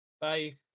Bye